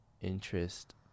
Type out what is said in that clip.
interest